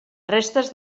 restes